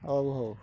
ହଉ ହଉ